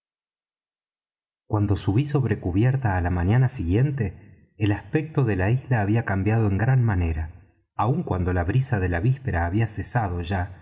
cuando subí sobre cubierta á la mañana siguiente el aspecto de la isla había cambiado en gran manera aun cuando la brisa de la víspera había cesado ya